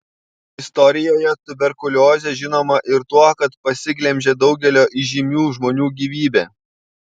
istorijoje tuberkuliozė žinoma ir tuo kad pasiglemžė daugelio įžymių žmonių gyvybę